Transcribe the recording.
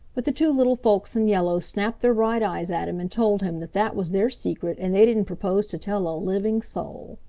but the two little folks in yellow snapped their bright eyes at him and told him that that was their secret and they didn't propose to tell a living soul.